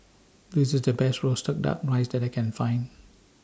This IS The Best Roasted Duck Rice that I Can Find